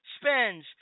spends